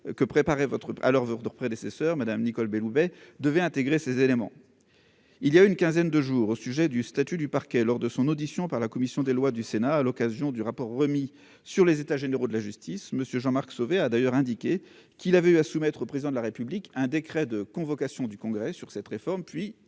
que préparer votre à leurs voeux prédécesseurs Madame Nicole Belloubet devait intégrer ces éléments, il y a une quinzaine de jours au sujet du statut du parquet lors de son audition par la commission des lois du Sénat à l'occasion du rapport remis sur les états généraux de la justice monsieur Jean-Marc Sauvé a d'ailleurs indiqué qu'il avait eu à soumettre au président de la République, un décret de convocation du Congrès sur cette réforme, puis